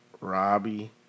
Robbie